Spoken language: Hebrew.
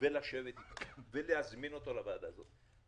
ולשבת איתו ולהזמין אותו לוועדה הזאת.